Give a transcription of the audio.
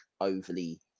overly